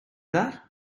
that